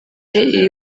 iri